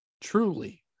Truly